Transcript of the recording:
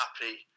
happy